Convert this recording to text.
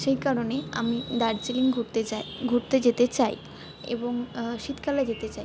সেই কারণেই আমি দার্জিলিং ঘুরতে চাই ঘুরতে যেতে চাই এবং শীতকালে যেতে চাই